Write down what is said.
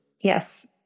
Yes